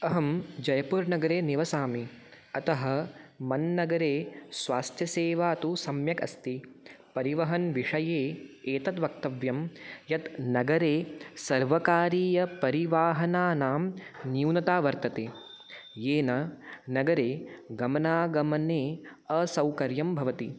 अहं जयपुरनगरे निवसामि अतः मन्नगरे स्वास्थसेवा तु सम्यक् अस्ति परिवहनविषये एतत् वक्तव्यं यत् नगरे सर्वकारीय परिवाहनानां न्यूनता वर्तते येन नगरे गमनागमने असौकर्यं भवति